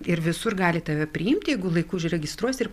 ir visur gali tave priimti jeigu laiku užregistruosi ir